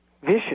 vicious